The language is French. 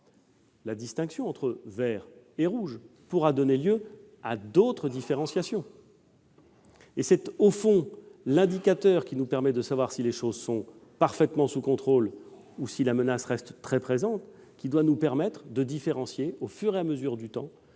la distinction entre vert et rouge pourra donner lieu à d'autres différenciations. Au fond, cet indicateur, qui nous permet de savoir si les choses sont parfaitement sous contrôle ou si la menace reste très présente, nous permettra de différencier au fil du temps